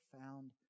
found